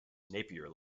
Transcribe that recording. napier